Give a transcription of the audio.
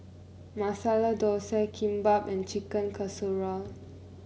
Masala Dosa Kimbap and Chicken Casserole